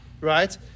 right